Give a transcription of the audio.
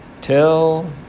till